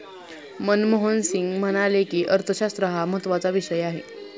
मनमोहन सिंग म्हणाले की, अर्थशास्त्र हा महत्त्वाचा विषय आहे